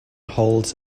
holds